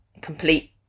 complete